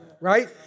right